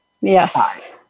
Yes